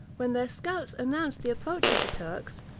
when their scouts announced the approach of the turks,